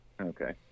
Okay